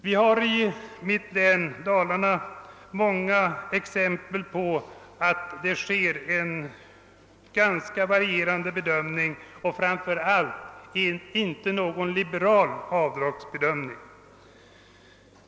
Vi har i mitt län, Dalarna, många exempel på att det sker en ganska varierande bedömning och framför allt inte någon liberal avdragsbedömning.